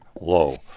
low